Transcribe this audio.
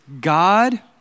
God